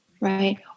Right